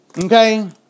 okay